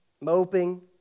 moping